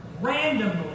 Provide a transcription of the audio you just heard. randomly